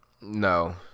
no